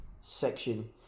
section